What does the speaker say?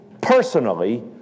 personally